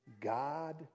God